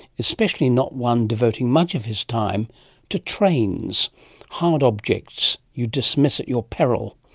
especially not one devoting much of his time to trains hard objects you dismiss at your peril.